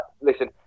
listen